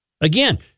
Again